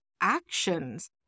actions